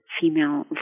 female